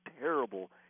terrible